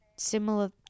similar